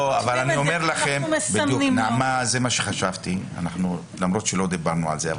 נעמה, אני חשבתי על זה למרות שלא דיברנו על זה.